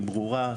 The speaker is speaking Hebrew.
היא ברורה,